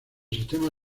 sistema